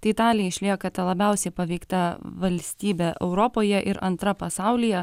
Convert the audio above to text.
tai italija išlieka ta labiausiai paveikta valstybė europoje ir antra pasaulyje